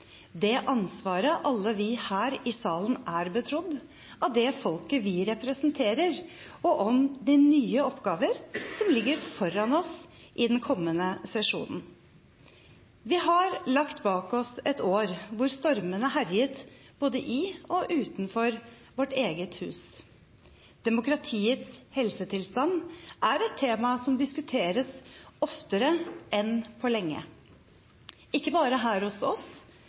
det ansvaret alle vi her i salen er betrodd av det folket vi representerer, og de nye oppgavene som ligger foran oss i den kommende sesjonen. Vi har lagt bak oss et år hvor stormene herjet både i og utenfor vårt eget hus. Demokratiets helsetilstand er et tema som diskuteres oftere enn på lenge, ikke bare her hos oss,